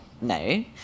no